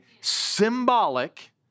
symbolic